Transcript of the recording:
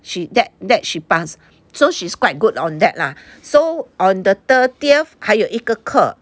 she that that she pass so she's quite good on that lah so on the thirtieth 还有一个课